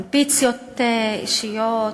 אמביציות אישיות,